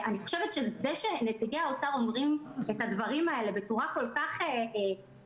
זה שנציגי האוצר אומרים את הדברים האלה בצורה כל כך מתנשאת,